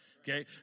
okay